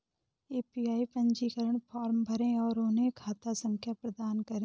APY पंजीकरण form भरें और उन्हें खाता संख्या प्रदान करें